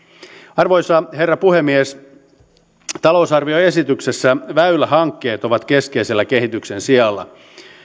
arvoisa herra puhemies talousarvioesityksessä väylähankkeet ovat keskeisellä kehityksen sijalla